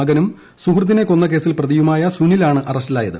മകനും സുഹൃത്തിനെ കൊന്നകേസിൽ പ്രതിയുമായ സുനിലാണ് അറസ്റ്റിലായത്